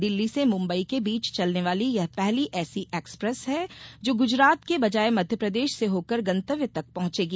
दिल्ली से मुम्बई के बीच चलने वाली यह पहली ऐसी एक्सप्रेस है जो गुजरात के बजाय मध्यप्रदेश से होकर गंतव्य तक पहुंचेगी